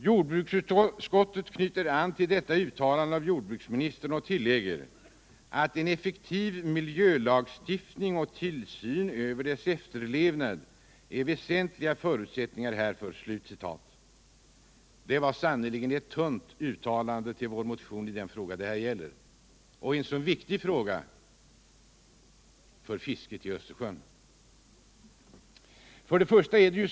Jordbruksutskottet knyter an till detta uttalande av jordbruksministern och tillägger att ”en effektiv miljölagstiftning och tillsyn över dess efterlevnad är väsentliga förutsättningar härför”. Det var sannerligen ett tunt uttalande med anledning av vår motion om en så viktig fråga för fisket i Östersjön.